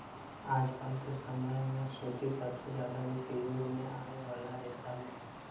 आजकल के समय में सूती सबसे ज्यादा उपयोग में आवे वाला रेशा बा